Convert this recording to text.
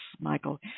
Michael